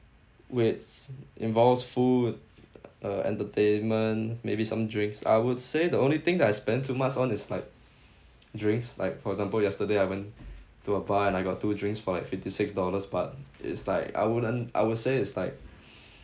which involves food uh entertainment maybe some drinks I would say the only thing that I spend too much on is like drinks like for example yesterday I went to a bar and I got two drinks for like fifty-six dollars but it's like I wouldn't I would say it's like